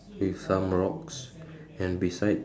with some rocks and beside